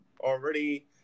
already